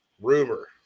rumor